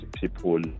people